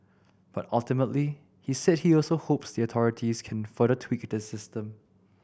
but ultimately he said he also hopes the authorities can further tweak the system